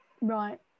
Right